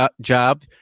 job